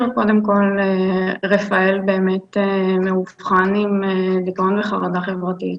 רפאל מאובחן עם דיכאון וחרדה חברתית.